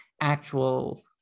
actual